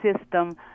system